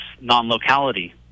non-locality